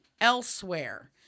elsewhere